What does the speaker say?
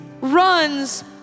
runs